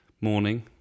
morning